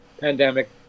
pandemic